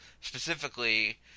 specifically